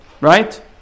right